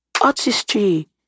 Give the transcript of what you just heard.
artistry